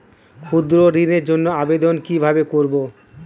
ক্ষুদ্র ঋণের জন্য আবেদন কিভাবে করব?